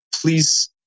please